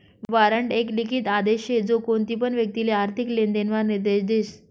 warrant एक लिखित आदेश शे जो कोणतीपण व्यक्तिले आर्थिक लेनदेण म्हा निर्देश देस